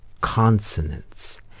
consonants